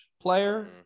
player